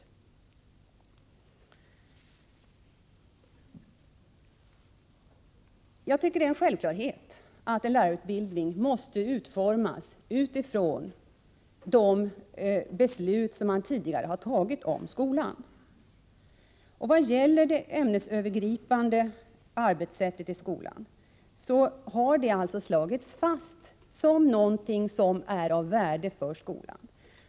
Jag tycker att det är en självklarhet att en lärarutbildning måste utformas utifrån de beslut om skolan som tidigare har fattats. När det gäller de ämnesövergripande arbetssättet i skolan har detta alltså slagits fast som något som är av värde för skolan.